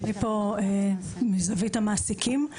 ואני פה מזווית המעסיקים.